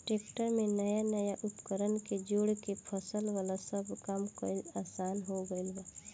tractor में नया नया उपकरण के जोड़ के फसल वाला सब काम कईल आसान हो गईल बा